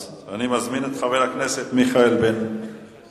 אז אני מזמין את חבר הכנסת מיכאל בן-ארי,